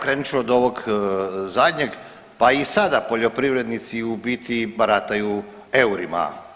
Krenut ću od ovog zadnjeg, pa i sada poljoprivrednici u biti barataju eurima.